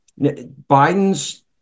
biden's